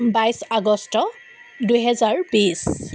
বাইছ আগষ্ট দুহেজাৰ বিছ